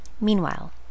Meanwhile